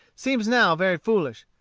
seems now very foolish.